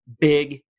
big